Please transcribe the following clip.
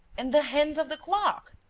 and the hands of the clock.